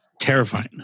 terrifying